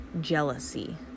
jealousy